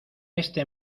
este